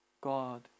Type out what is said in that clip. God